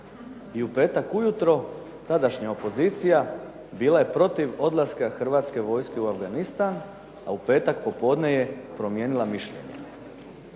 I u petak ujutro, tadašnja opozicija bila je protiv odlaska hrvatske vojske u Afganistan, a u petak popodne je promijenila mišljenje.